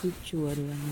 kecoh ah dia orang